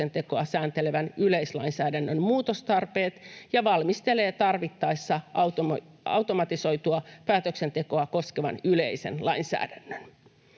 päätöksentekoa sääntelevän yleislainsäädännön muutostarpeet ja valmistelee tarvittaessa automatisoitua päätöksentekoa koskevan yleisen lainsäädännön.